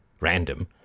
random